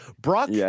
Brock